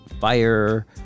fire